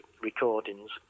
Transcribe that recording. recordings